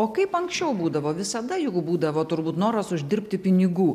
o kaip anksčiau būdavo visada juk būdavo turbūt noras uždirbti pinigų